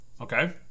okay